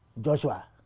Joshua